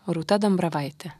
rūta dambravaitė